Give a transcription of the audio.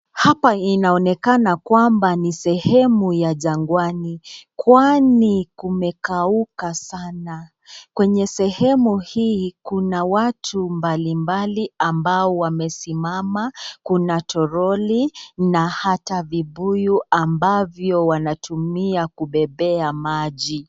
Hapa inaonekana kwamba ni sehemu ya jangwani, kwani kumekauka sana, kwenye sehemu hii kuna watu mbalimbali ambao wamesimama, kuna toroli na hata vibuyu ambavyo wanatumia kubebea maji.